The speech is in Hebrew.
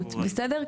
בסדר?